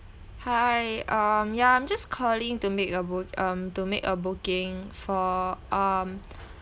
hi uh yeah I'm just calling to make a book um to make a booking for um